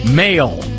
male